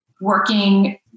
working